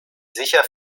sicher